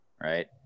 right